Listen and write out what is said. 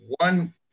One